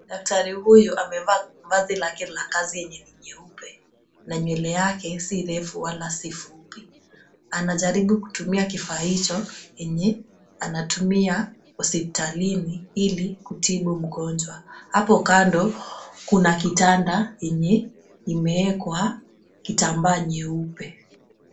Daktari huyu amevaa vazi lake la kazi yenye ni nyeupe na nywele yake si refu wala si fupi. Anajaribu kutumia kifaa hicho yenye anatumia hospitalini ili kutibu mgonjwa. Hapo kando kuna kitanda yenye imeekwa kitambaa nyeupe.